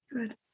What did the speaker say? Good